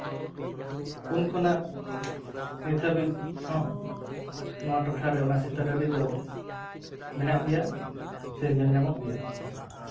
ᱩᱱ ᱠᱷᱚᱱᱟᱜ ᱱᱤᱛ ᱦᱟᱹᱵᱤᱡ ᱦᱚᱸ ᱚᱱᱟ ᱴᱚᱴᱷᱟᱨᱮ ᱱᱚᱣᱟ ᱥᱤᱛᱟᱹ ᱰᱟᱹᱰᱤ ᱫᱚ ᱢᱮᱱᱟᱜ ᱜᱮᱭᱟ ᱥᱮ ᱧᱮᱞ ᱧᱟᱢᱚᱜ ᱜᱮᱭᱟ